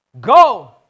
go